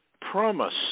promise